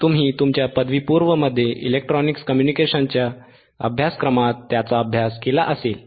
तुम्ही तुमच्या पदवीपूर्वमध्ये इलेक्ट्रॉनिक कम्युनिकेशनचे अभ्यासक्रमात त्याचा अभ्यास केला असेल